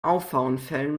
auffahrunfällen